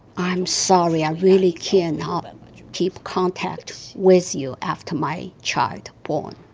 i'm sorry. i really cannot um but keep contact with you after my child born.